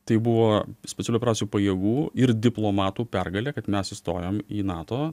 tai buvo specialių operacijų pajėgų ir diplomatų pergalė kad mes įstojom į nato